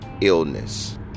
illness